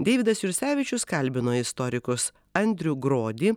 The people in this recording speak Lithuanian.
deividas jursevičius kalbino istorikus andrių grodį